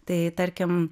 tai tarkim